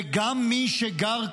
וגם מי שגר,